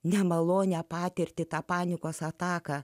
nemalonią patirtį tą panikos ataką